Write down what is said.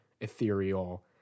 ethereal